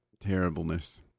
terribleness